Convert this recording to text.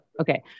okay